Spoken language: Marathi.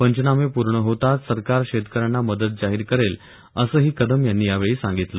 पंचनामे पूर्ण होताच सरकार शेतकऱ्यांना मदत जाहीर करेल असंही कदम यांनी यावेळी सांगितलं